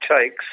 takes